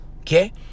okay